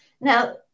Now